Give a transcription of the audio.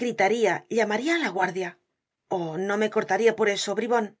gritaria llamaria á la guardia oh no me cortaria por eso bribon f